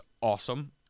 awesome